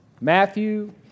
Matthew